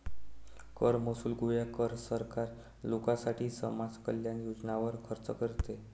कर महसूल गोळा कर, सरकार लोकांसाठी समाज कल्याण योजनांवर खर्च करते